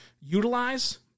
utilize